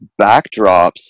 backdrops